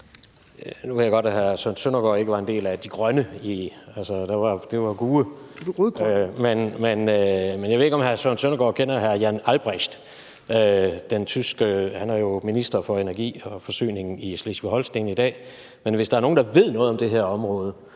Nu ved jeg godt, at hr. Søren Søndergaard ikke var en del af De Grønne, altså det var GUE. Jeg ved ikke, om hr. Søren Søndergaard kender hr. Jan Albrecht. Han er jo minister for energi og forsyning i Slesvig-Holsten i dag. Men hvis der er nogen, der ved noget om det her område,